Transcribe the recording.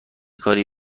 کاری